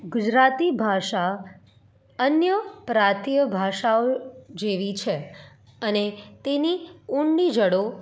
ગુજરાતી ભાષા અન્ય પ્રાંતિય ભાષાઓ જેવી છે અને તેની ઊંડી જડો